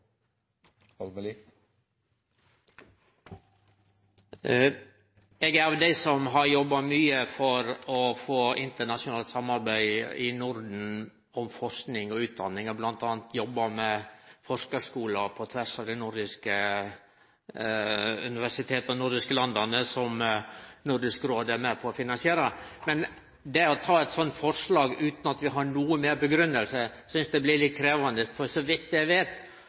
dei som har jobba mye for å få internasjonalt samarbeid i Norden om forsking og utdanning. Eg har bl.a. jobba med forskarskolar på tvers av universiteta i dei nordiske landa, som Nordisk råd er med på å finansiere. Men det å ta eit sånt forslag utan at vi har noko meir grunngjeving, synest eg blir litt krevjande. Så vidt eg veit,